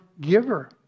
giver